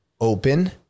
open